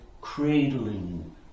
cradling